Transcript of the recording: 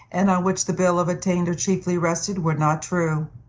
and on which the bill of attainder chiefly rested, were not true.